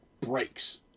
breaks